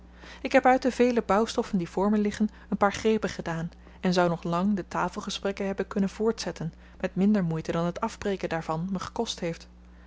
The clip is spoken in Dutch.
ik heb uit de vele bouwstoffen die voor me liggen een paar grepen gedaan en zou nog lang de tafelgesprekken hebben kunnen voortzetten met minder moeite dan t afbreken daarvan me gekost heeft